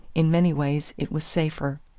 in many ways it was safer.